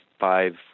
five